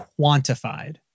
quantified